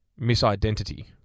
misidentity